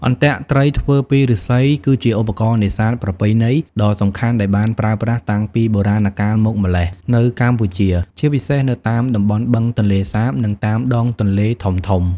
អន្ទាក់ត្រីធ្វើពីឫស្សី គឺជាឧបករណ៍នេសាទប្រពៃណីដ៏សំខាន់ដែលបានប្រើប្រាស់តាំងពីបុរាណកាលមកម្ល៉េះនៅកម្ពុជា ជាពិសេសនៅតាមតំបន់បឹងទន្លេសាប និងតាមដងទន្លេធំៗ។